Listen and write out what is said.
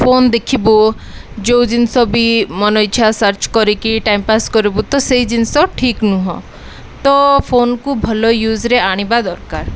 phone ଦେଖିବୁ ଯେଉଁ ଜିନିଷ ବି ମନ ଇଚ୍ଛା ସର୍ଚ୍ଚ କରିକି ଟାଇମପାସ୍ କରିବୁ ତ ସେଇ ଜିନିଷ ଠିକ ନୁହଁ ତ ଫୋନ୍କୁ ଭଲ ୟୁଜ୍ରେ ଆଣିବା ଦରକାର